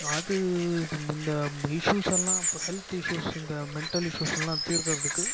அது இந்த இஸ்யூஸெல்லாம் இப்போ ஹெல்த் இஸ்யூஸ் இந்த மென்ட்டல் இஸ்யூஸ்லாம் தீர்க்கிறதுக்கு